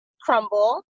crumble